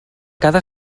cada